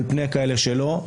על פני כאלה שלא.